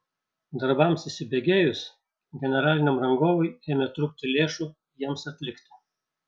darbams įsibėgėjus generaliniam rangovui ėmė trūkti lėšų jiems atlikti